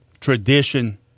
tradition